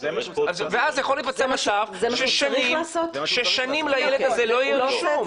ואז יכול להיווצר מצב ששנים לילד הזה לא יהיה רישום.